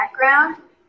background